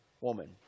woman